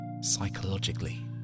Psychologically